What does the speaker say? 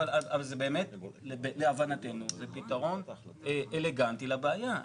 אבל באמת להבנתו זה פתרון אלגנטי לבעיה.